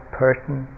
person